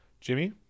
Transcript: Jimmy